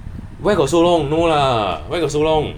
where got so long no lah where got so long